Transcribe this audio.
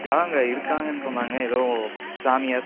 யாரோ அங்கே இருக்காங்கன்னு சொன்னாங்க ஏதோ சாமியார்